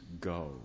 go